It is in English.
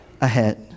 ahead